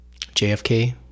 JFK